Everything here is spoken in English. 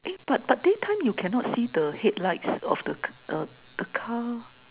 eh but but daytime you cannot see the headlights of the c~ uh the car